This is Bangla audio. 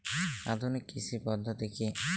আধুনিক কৃষি পদ্ধতি কী?